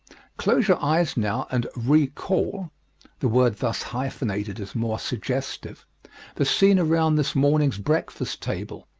close your eyes now and re-call the word thus hyphenated is more suggestive the scene around this morning's breakfast table.